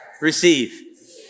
Receive